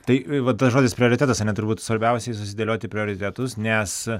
tai vat tas žodis prioritetas ane turbūt svarbiausiai susidėlioti prioritetus nes